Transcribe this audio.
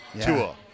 Tua